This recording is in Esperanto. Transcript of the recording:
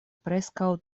preskaŭ